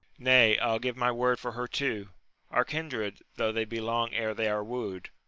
nay, i'll give my word for her too our kindred, though they be long ere they are wooed,